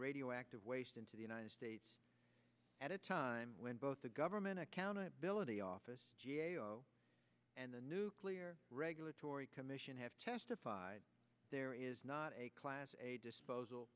radioactive waste into the united states at a time when both the government accountability office and the nuclear regulatory commission have testified there is not a class a disposal